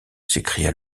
s’écria